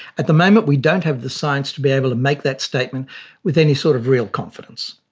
at the moment we don't have the science to be able to make that statement with any sort of real confidence.